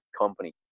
company